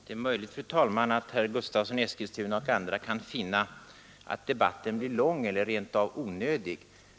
Fru talman! Det är möjligt att herr Gustavsson i Eskilstuna och andra kan finna att debatten blir lång eller rent av onödig.